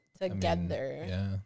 together